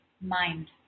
mind